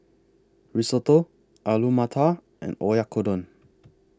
Risotto Alu Matar and Oyakodon